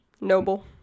noble